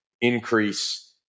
increase